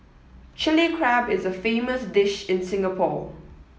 Chilli Crab is a famous dish in Singapore